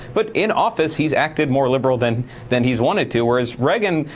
but in office he's acted more liberal than than he's wanted to, whereas reagan,